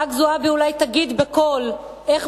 חברת הכנסת זועבי אולי תגיד בקול איך